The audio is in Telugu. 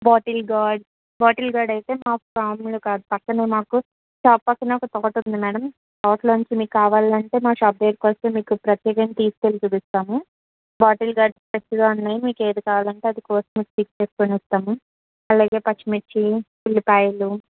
బాటిల్ గార్డ్ బాటిల్ గార్డ్ అయితే మా ఫామ్లో కాదు పక్కన మాకు షాప్ పక్కన ఒక తోట ఉంది మేడమ్ తోటలో నుంచి మీకు కావాలంటే మా షాప్ దగ్గరకి వస్తే మీకు ప్రత్యేకంగా తీసుకు వెళ్ళి చూపిస్తాము బాటిల్ గార్డ్ ప్రతిదాన్ని మీకు ఏదీ కావాలి అంటే అది కోసుకుని తీసుకోనిస్తాను అలాగే పచ్చిమిర్చి ఉల్లిపాయలు